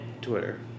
Twitter